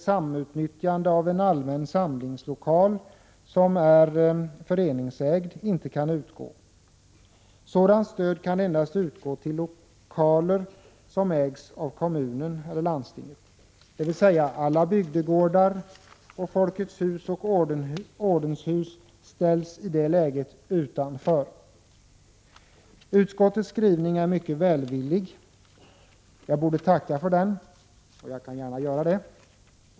samutnyttjande av en allmän samlingslokal som är föreningsägd inte kan utgå. Sådant stöd kan nämligen endast utgå till lokaler som ägs av kommunen eller landstinget. Alla bygdegårdar, alla Folkets hus-lokaler och alla ordenshus ställs i det läget utanför. Utskottets skrivning är mycket välvillig, och jag borde tacka för den; jag kan gärna göra det.